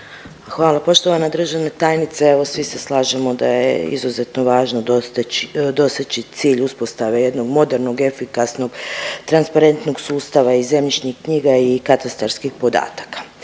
Hvala poštovana državna tajnice. Evo, svi se slažemo da je izuzetno važno doseći cilj uspostave jednog modernog, efikasnog transparentnog sustava i zemljišnih knjiga i katastarskih podataka.